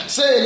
Say